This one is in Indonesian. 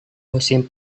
musim